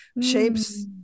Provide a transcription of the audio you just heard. shapes